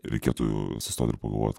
reikėtų sustot ir pagalvot